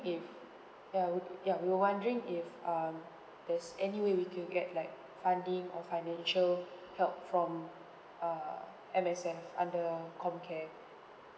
if ya we ya we were wondering if um there's any way we could get like funding or financial help from err M_S_F under comcare